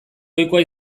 ohikoa